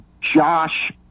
Josh